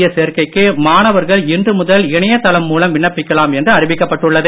S சேர்க்கைக்கு மாணவர்கள் முதல் இணையதளம் மூலம் விண்ணப்பிக்கலாம் என்று இன்று அறிவிக்கப் பட்டுள்ளது